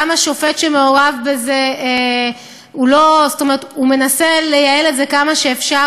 גם השופט שמעורב בזה מנסה לייעל את זה כמה שאפשר.